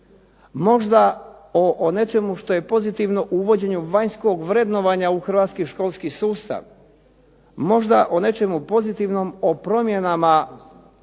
možda o nečemu što je pozitivno uvođenju vanjskog vrednovanja u hrvatski školski sustav, možda o nečemu pozitivnom o promjenama u